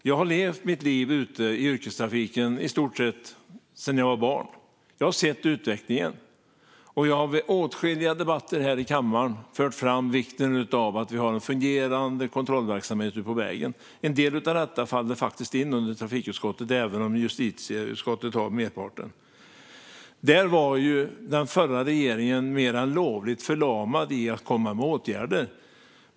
Jag har i stort sett levt mitt liv ute i yrkestrafiken sedan jag var barn, och jag har sett utvecklingen. Jag har i åtskilliga debatter här i kammaren fört fram vikten av att ha en fungerande kontrollverksamhet ute på vägen. En del av detta faller in under trafikutskottet, även om justitieutskottet har merparten. Den förra regeringen var mer än lovligt förlamad när det gällde att komma med åtgärder.